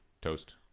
toast